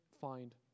find